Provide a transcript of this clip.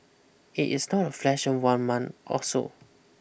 it is not a flash of one month or so